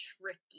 tricky